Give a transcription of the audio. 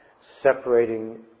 Separating